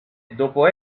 dopo